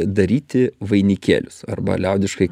daryti vainikėlius arba liaudiškai